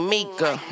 Mika